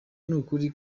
nukuri